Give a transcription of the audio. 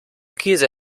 käse